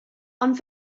ond